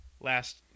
last